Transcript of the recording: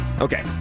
Okay